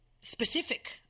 Specific